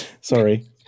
Sorry